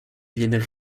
viennent